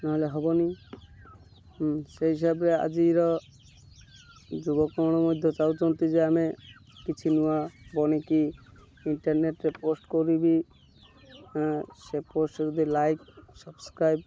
ନହେଲେ ହବନି ସେଇ ହିସାବରେ ଆଜିର ଯୁବକରଣ ମଧ୍ୟ ଚାହୁଁଛନ୍ତି ଯେ ଆମେ କିଛି ନୂଆ ବନିକି ଇଣ୍ଟରନେଟ୍ରେ ପୋଷ୍ଟ୍ କରିବି ସେ ପୋଷ୍ଟ୍ରେ ଯଦି ଲାଇକ୍ ସବସ୍କ୍ରାଇବ୍